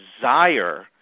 desire